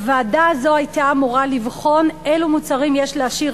הוועדה הזאת היתה אמורה לבחון אילו מוצרים יש להשאיר